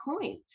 coin